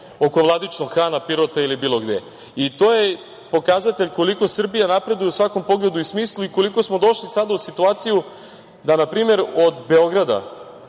oko Vladičinog Hana, Pirota ili bilo gde. To je pokazatelj koliko Srbija napreduje u svakom pogledu i smislu i koliko smo došli sada u situaciju da od Beograda